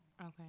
okay